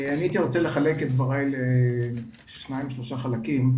אני רוצה לחלק את דבריי לשניים-שלושה חלקים.